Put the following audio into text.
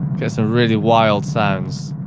get some really wild sounds.